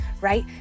right